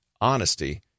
honesty